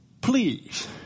please